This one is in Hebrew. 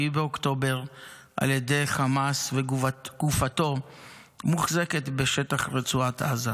באוקטובר על ידי חמאס וגופתו מוחזקת בשטח רצועת עזה.